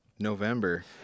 november